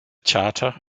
charter